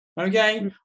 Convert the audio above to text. Okay